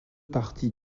parties